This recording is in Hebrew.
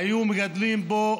היו מגדלים בו